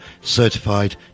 Certified